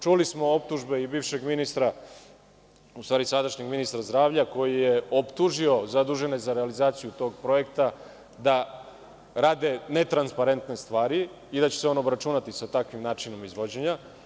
Čuli smo optužbe i bivšeg ministra, u stvari sadašnjeg ministra zdravlja, koji je optužio zadužene za realizaciju tog projekta, da rade netransparente stvari i da će se on obračunati sa takvim načinom izvođenja.